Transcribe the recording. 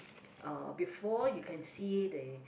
uh before you can see they